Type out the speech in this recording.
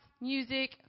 music